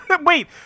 Wait